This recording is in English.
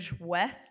west